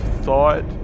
thought